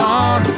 on